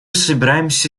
собираемся